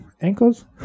ankles